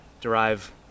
derive